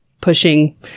pushing